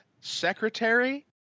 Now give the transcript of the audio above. secretary